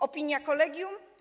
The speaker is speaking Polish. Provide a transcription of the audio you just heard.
Opinia kolegium?